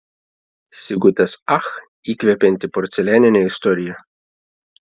sigutės ach įkvepianti porcelianinė istorija